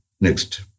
Next